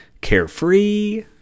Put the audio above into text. carefree